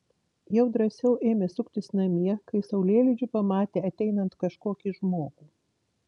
jau drąsiau ėmė suktis namie kai saulėlydžiu pamatė ateinant kažkokį žmogų